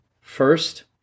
first